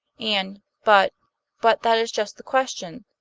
and but but that is just the question.